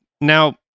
now